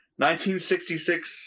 1966